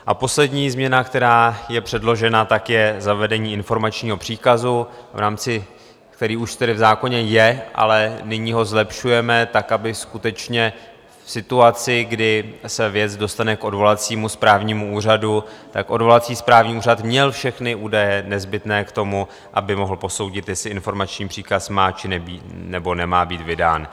A poslední změna, která je předložena, je zavedení informačního příkazu, který už tedy v zákoně je, ale nyní ho zlepšujeme tak, aby skutečně v situaci, kdy se věc dostane k odvolacímu správnímu úřadu, odvolací správní úřad měl všechny údaje nezbytné k tomu, aby mohl posoudit, jestli informační příkaz má, nebo nemá být vydán.